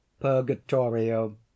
Purgatorio